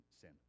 sin